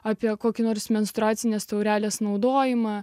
apie kokį nors menstruacinės taurelės naudojimą